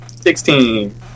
Sixteen